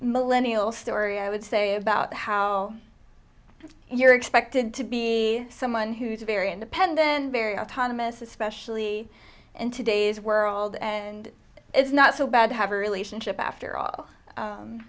millennial story i would say about how you're expected to be someone who's very independent and very autonomous especially in today's world and it's not so bad to have a relationship after all